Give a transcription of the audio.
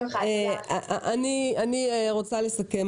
אני רוצה לסכם.